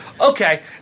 okay